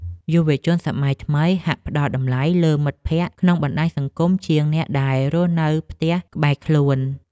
យុវជនសម័យថ្មីហាក់ផ្តល់តម្លៃលើមិត្តភក្តិក្នុងបណ្តាញសង្គមជាងអ្នកដែលរស់នៅផ្ទះក្បែរខាងខ្លួន។